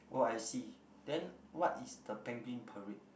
oh I see then what is the penguin parade